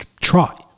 try